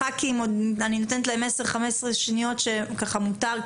לחברי הכנסת אני נותנת 10 15 שניות שככה מותר,